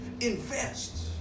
Invest